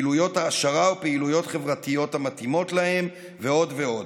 פעילויות העשרה ופעילויות חברתיות המתאימות להם ועוד ועוד.